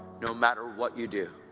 no matter what you do.